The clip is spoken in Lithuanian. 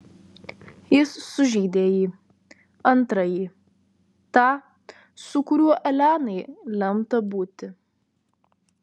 jis sužeidė jį antrąjį tą su kuriuo elenai lemta būti